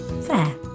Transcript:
Fair